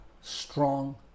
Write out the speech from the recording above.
strong